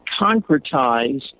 concretize